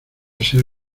ser